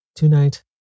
Tonight